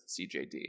CJD